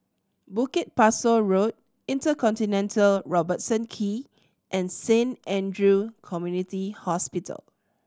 Bukit Pasoh Road InterContinental Robertson Quay and Saint Andrew Community Hospital